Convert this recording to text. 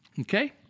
Okay